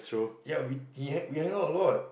ya we he we hang out a lot